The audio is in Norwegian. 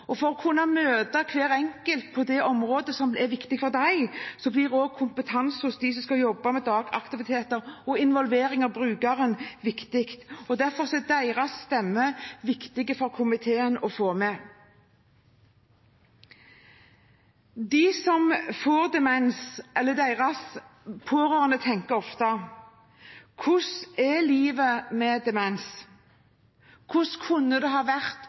For å kunne møte hver enkelt på det området som er viktig for dem, blir også kompetanse hos dem som skal jobbe med dagaktiviteter og involvering av brukeren, viktig. Derfor er deres stemme viktig for komiteen å få med. De som får demens, eller deres pårørende, tenker ofte: Hvordan er livet med demens? Hvordan kunne det ha vært